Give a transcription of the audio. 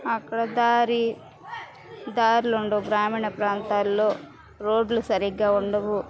అక్కడ దారి దారులు ఉండవు గ్రామీణ ప్రాంతాల్లో రోడ్లు సరిగా ఉండవు